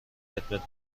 بده